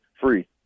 free